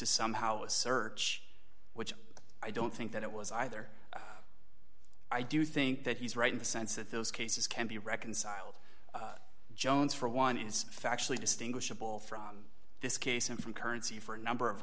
is somehow a search which i don't think that it was either i do think that he's right in the sense that those cases can be reconciled jones for one is factually distinguishable from this case and from currency for a number of